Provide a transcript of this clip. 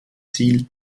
ziel